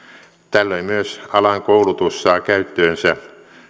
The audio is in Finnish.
tällöin myös alan koulutus saa käyttöönsä